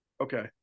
Okay